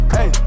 Hey